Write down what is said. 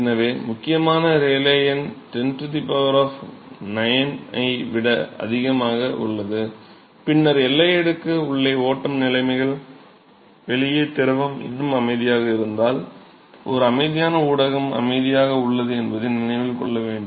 எனவே முக்கியமான ரேலே எண் 10 9 ஐ விட அதிகமாக உள்ளது பின்னர் எல்லை அடுக்கு உள்ளே ஓட்டம் நிலைமைகள் வெளியே திரவம் இன்னும் அமைதியாக இருந்தால் ஒரு அமைதியான ஊடகம் அமைதியாக உள்ளது என்பதை நினைவில் கொள்ள வேண்டும்